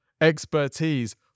expertise